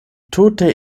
tute